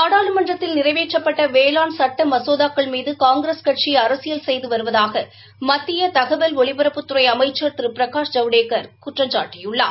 நாடாளுமன்றத்தில் நிறைவேற்றப்பட்ட வேளாண் சட்ட மசோதாக்கள் மீது காங்கிரஸ் கட்சி அரசியல் செய்து வருவதாக மத்திய தகவல் ஒலிபரப்புத்துறை அமைச்சர் திரு பிரகாஷ் ஜவடேக்கர் குற்றம்சாட்டியுள்ளார்